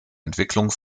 entwicklung